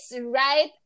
right